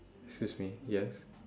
excuse me yes